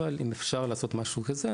אבל אם אפשר לעשות משהו כזה,